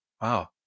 wow